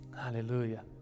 hallelujah